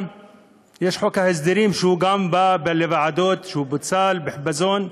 יש חוק ההסדרים שגם בא לוועדות ופוצל בחיפזון.